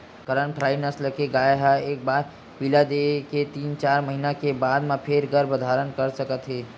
करन फ्राइ नसल के गाय ह एक बार पिला दे के तीन, चार महिना बाद म फेर गरभ धारन कर सकत हे